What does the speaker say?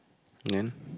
then